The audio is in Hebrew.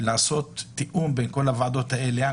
לעשות תיאום בין כל הוועדות האלה,